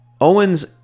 Owens